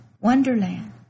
Wonderland